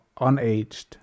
unaged